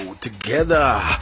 together